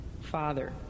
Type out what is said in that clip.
father